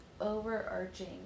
overarching